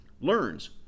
learns